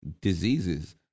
diseases